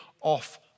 off